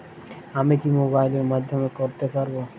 আমি কি মোবাইলের মাধ্যমে করতে পারব?